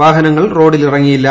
വാഹനങ്ങൾ റോഡിലിറങ്ങിയില്ല